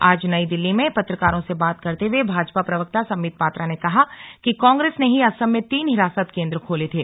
आज नई दिल्ली में पत्रकारों से बात करते हुए भाजपा प्रवक्ता संबित पात्रा ने कहा कि कांग्रेस ने ही असम में तीन हिरासत केन्द्र खोले थे